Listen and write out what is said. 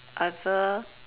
ever